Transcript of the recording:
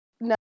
No